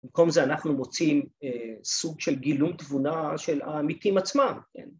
‫במקום זה אנחנו מוצאים סוג ‫של גילום תבונה של העמיתים עצמם